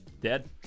Dead